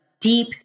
deep